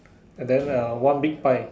and then uh one big pie